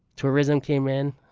tourism came in,